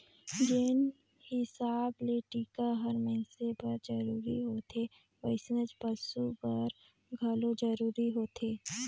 जेन हिसाब ले टिका हर मइनसे बर जरूरी होथे वइसनेच पसु बर घलो जरूरी होथे